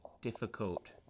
difficult